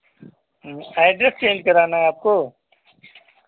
address change कराना है आपको